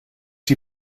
die